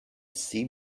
sea